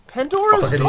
Pandora's